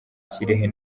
kirehe